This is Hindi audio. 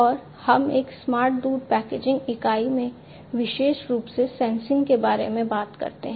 और हम एक स्मार्ट दूध पैकेजिंग इकाई में विशेष रूप से सेंसिंग के बारे में बात करते हैं